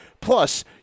Plus